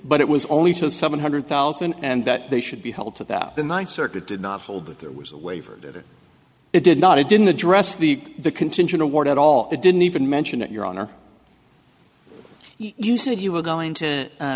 but it was only to seven hundred thousand and that they should be held to that the ninth circuit did not hold that there was a waiver that it did not it didn't address the the contingent award at all they didn't even mention that your honor you said you were going to